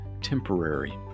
temporary